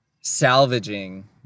salvaging